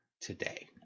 today